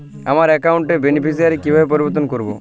আমার অ্যাকাউন্ট র বেনিফিসিয়ারি কিভাবে পরিবর্তন করবো?